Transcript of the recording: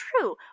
true